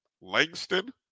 Langston